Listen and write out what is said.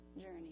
journey